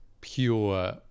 pure